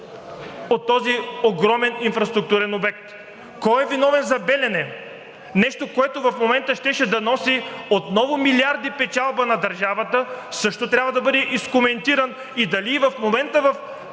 от този огромен инфраструктурен обект. Кой е виновен за „Белене“ – нещо, което в момента щеше да носи отново милиарди печалба на държавата. Трябва да бъде изкоментирано също и дали в момента в